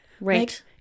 Right